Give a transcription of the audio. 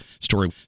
story